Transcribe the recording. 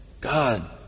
God